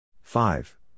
Five